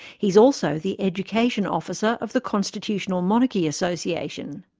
he's also the education officer of the constitutional monarchy association.